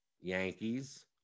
Yankees